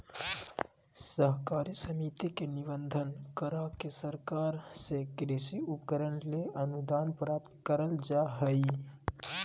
सहकारी समिति के निबंधन, करा के सरकार से कृषि उपकरण ले अनुदान प्राप्त करल जा हई